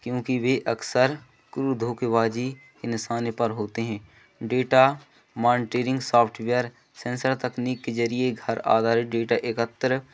क्योंकि वे अक्सर क्रूर धोकेवाज़ी के निशाने पर होते हैं डेटा मोनटेरींग सॉफ्टवेयर सेन्सर तकनीक के ज़रिए घर आगर डेटा एकत्र